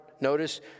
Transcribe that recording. Notice